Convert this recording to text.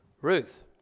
Ruth